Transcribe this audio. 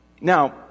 Now